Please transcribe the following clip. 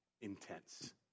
intense